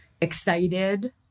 excited